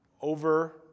over